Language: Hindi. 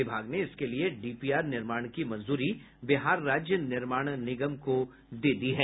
विभाग ने इसके लिए डीपीआर निर्माण की मंजूरी बिहार राज्य पुल निर्माण निगम को दे दी है